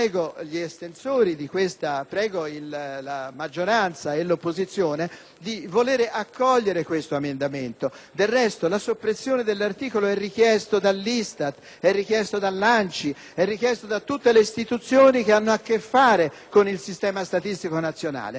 di volere accogliere questo emendamento. Del resto, la soppressione dell'articolo 36 è richiesta dall'ISTAT, dall'ANCI e da tutte le istituzioni che hanno a che fare con il sistema statistico nazionale. È una di quelle proposte che